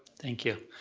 thank you.